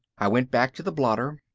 i went back to the blotter.